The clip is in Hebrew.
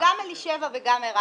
נמצאים כאן גם אלישבע וגם ערן.